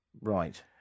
Right